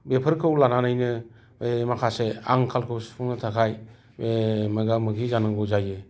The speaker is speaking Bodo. बेफोरखौ लानानैनो माखासे आंखालखौ सुफुंनो थाखाय मोगा मोगि जानांगौ जायो